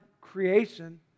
creation